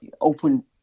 Open